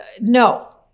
no